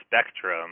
spectrum